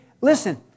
listen